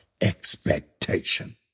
expectation